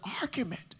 argument